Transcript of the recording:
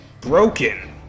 broken